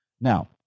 Now